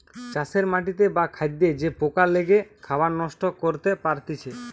চাষের মাটিতে বা খাদ্যে যে পোকা লেগে খাবার নষ্ট করতে পারতিছে